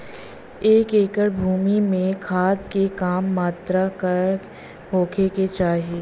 एक एकड़ भूमि में खाद के का मात्रा का होखे के चाही?